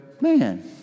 man